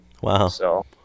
Wow